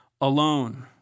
alone